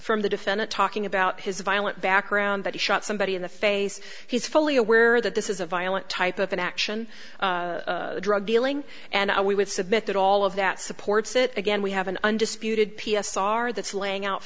from the defendant talking about his violent background that he shot somebody in the face he is fully aware that this is a violent type of an action drug dealing and i would submit that all of that supports it again we have an undisputed p s r that's laying out